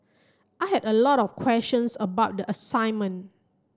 I had a lot of questions about the assignment